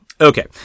Okay